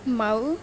Mau